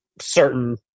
certain